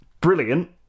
brilliant